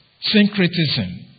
Syncretism